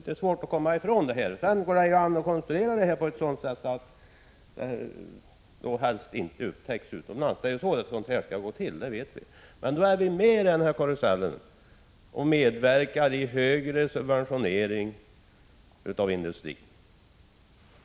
Det går ju an att konstruera stödet så att det helst inte upptäcks utomlands. Det är så det hela skall gå till — det vet vi. Men nu är vi med i den här karusellen, och vi ger i högre grad subventioner till industrin.